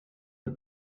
the